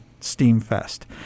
STEAMFest